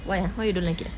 why ah why you don't like it